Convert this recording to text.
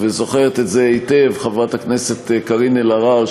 וזוכרת את זה היטב חברת הכנסת קארין אלהרר,